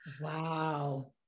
Wow